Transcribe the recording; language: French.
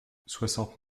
soixante